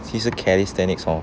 其实 calisthenics hor